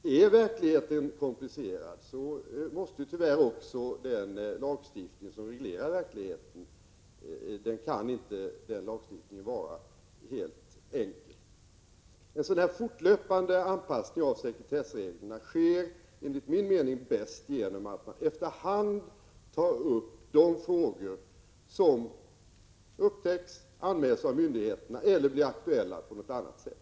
Om verkligheten är komplicerad, måste tyvärr också den lagstiftning som reglerar verksamheten vara något komplicerad. En sådan fortlöpande anpassning av sekretessreglerna sker enligt min mening bäst genom att man efter hand tar upp de frågor som upptäcks och anmäls av myndigheterna eller som blir aktuella på något annat sätt.